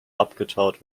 abgetaut